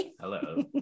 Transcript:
Hello